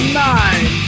nine